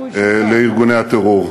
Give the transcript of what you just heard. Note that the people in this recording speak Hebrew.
לארגוני הטרור.